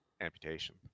amputation